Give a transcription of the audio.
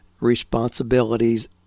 responsibilities